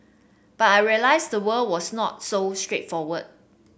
but I realised the world was not so straightforward